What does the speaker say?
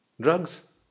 Drugs